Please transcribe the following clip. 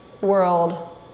world